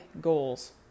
goals